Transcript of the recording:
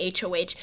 HOH